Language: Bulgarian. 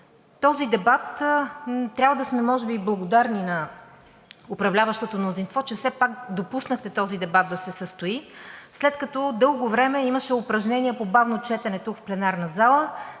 този дебат, а и може би да сме благодарни на управляващото мнозинство, че все пак допуснахте този дебат да се състои, след като дълго време имаше упражнения по бавно четене тук в пленарна зала